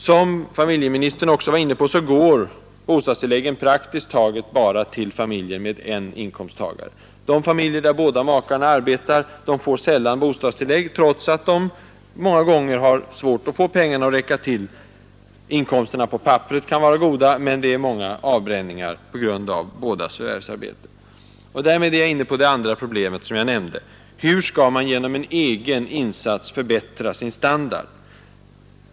Som familjeministern också var inne på, går bostadstilläggen praktiskt taget bara till familjer med en inkomsttagare. Familjer där båda makarna arbetar får sällan bostadstillägg, trots att de många gånger har svårt att få pengarna att räcka till. Inkomsterna på papperet kan vara goda, men det är många avbränningar på grund av bådas förvärvsarbete. Därmed är jag inne på det andra problem som jag nämnde. Hur skall man genom en egen insats förbättra sin standard?